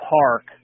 park